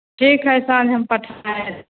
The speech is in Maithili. ठीक हइ साँझ हम पठा देबऽ